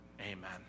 Amen